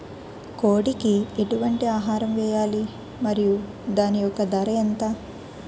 కోడి కి ఎటువంటి ఆహారం వేయాలి? మరియు దాని యెక్క ధర ఎంత?